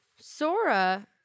Sora